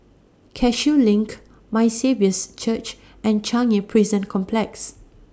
Cashew LINK My Saviour's Church and Changi Prison Complex